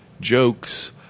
jokes